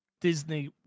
Disney